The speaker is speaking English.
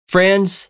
Friends